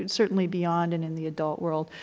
and certainly beyond and in the adult world,